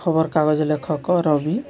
ଖବରକାଗଜ ଲେଖକ ରବି